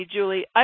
Julie